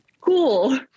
cool